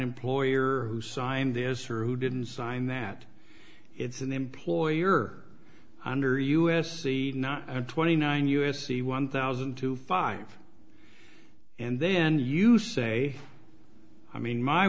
employer who signed this or who didn't sign that it's an employer under u s c not twenty nine u s c one thousand to five and then you say i mean my